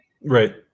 Right